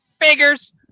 figures